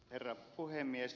herra puhemies